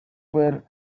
were